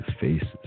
faces